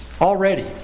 already